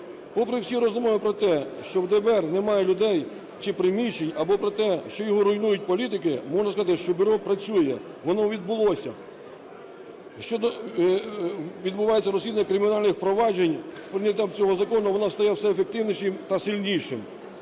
Попри всі розмови про те, що в ДБР немає людей чи приміщень, або про те, що його руйнують політики, можу сказати, що бюро працює, воно відбулося. Відбувається розслідування кримінальних проваджень. З прийняттям цього закону воно стає все ефективнішим та сильнішим.